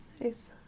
Nice